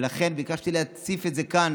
ולכן ביקשתי להציף את זה כאן,